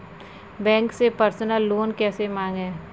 Bank से personal loan कैसे मांगें?